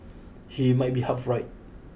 he might be half right